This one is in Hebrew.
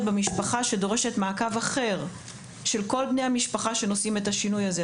במשפחה שדורשת מעקב של כל בני המשפחה שנושאים את השינוי הזה.